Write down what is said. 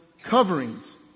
coverings